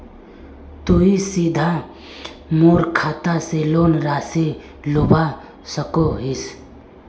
तुई सीधे मोर खाता से लोन राशि लुबा सकोहिस?